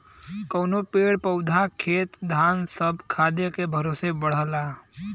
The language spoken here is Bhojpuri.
कउनो पेड़ पउधा खेत धान सब खादे के भरोसे बढ़ला